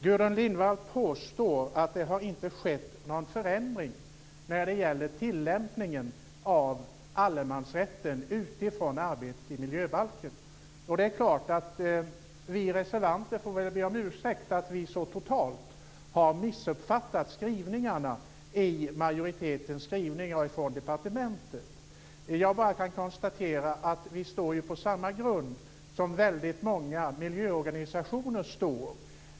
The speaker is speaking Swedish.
Gudrun Lindvall påstår att det inte har skett någon förändring när det gäller tillämpningen av allemansrätten utifrån arbetet med miljöbalken. Vi reservanter får väl be om ursäkt för att vi så totalt har missuppfattat majoritetens skrivningar och det som kommer från departementet. Jag kan bara konstatera att vi står på samma grund som väldigt många miljöorganisationer står på.